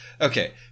Okay